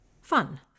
Fun